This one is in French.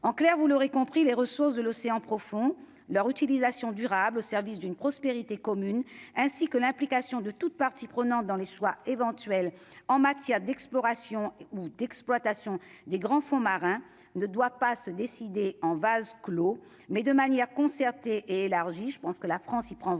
en clair, vous l'aurez compris les ressources de l'océan profond leur utilisation durable au service d'une prospérité commune ainsi que l'implication de toute partie prenante dans les choix éventuel en matière d'exploration ou d'exploitation des grands fonds marins ne doit pas se décider en vase clos, mais de manière concertée élargie, je pense que la France, il prend vraiment